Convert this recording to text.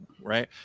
Right